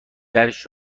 درش